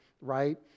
right